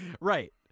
Right